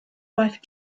wife